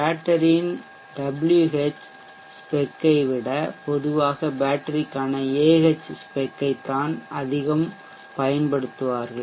பேட்டரியின் WH ஸ்பெக்கை விட பொதுவாக பேட்டரிக்கான ஏ ஹெச் ஸ்பெக்கைத்தான் அதிகம் பயன்படுத்துவார்கள்